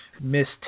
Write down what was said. missed